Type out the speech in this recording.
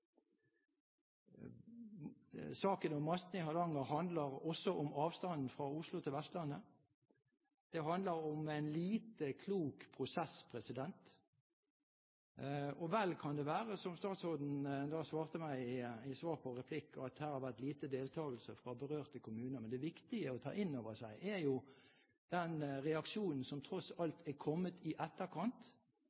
Saken om mastene i Hardanger handler også om avstanden fra Oslo til Vestlandet. Det handler om en lite klok prosess, og vel kan det være, som statsråden svarte meg i replikken, at det har vært lite deltakelse fra berørte kommuner her. Det viktige å ta inn over seg er jo den reaksjonen som tross